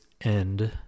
end